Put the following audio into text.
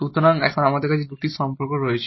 সুতরাং এখন আমাদের সাথে এই দুটি সম্পর্ক রয়েছে